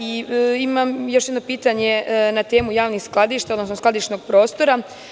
Imam još jedno pitanje na temu javnih skladišta, odnosno skladišnog prostora.